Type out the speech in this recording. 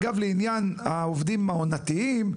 אגב לעניין העובדים העונתיים,